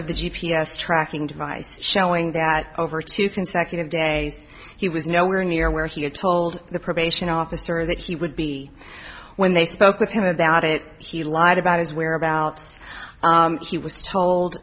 of the g p s tracking device showing that over two consecutive days he was nowhere near where he had told the probation officer that he would be when they spoke with him about it he lied about his whereabouts he was told